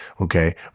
Okay